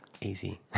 Easy